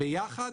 ביחד